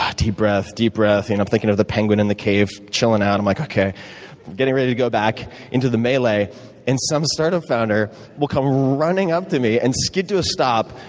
ah deep breath, deep breath, you know, i'm thinking of the penguin in the cave, chilling out. i'm like okay, i'm getting ready to go back into the melee and some startup founder will come running up to me and skid to a stop,